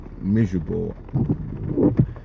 miserable